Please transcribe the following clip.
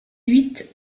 huit